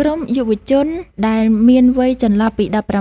ក្រុមយុវជនដែលមានវ័យចន្លោះពី ១៨ ដល់ ២